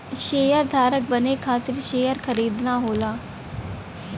शेयरधारक बने खातिर शेयर खरीदना होला